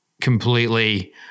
completely